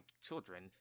children